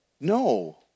No